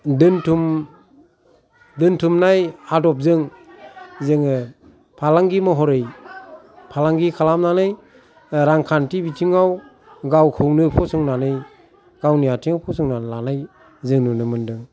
दोनथुम दोनथुमनाय आदबजों जोङो फालांगि महरै फालांगि खालामनानै रांखान्थि बिथिङाव गावखौनो फसंनानै गावनि आथिंआव फसंनानै लानाय जों नुनो मोनदों